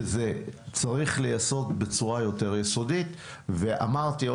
שזה צריך להיעשות בצורה יותר יסודית ואמרתי,